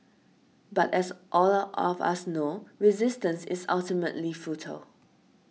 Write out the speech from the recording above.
but as all of us know resistance is ultimately futile